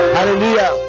Hallelujah